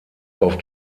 auf